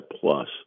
plus